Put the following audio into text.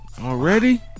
Already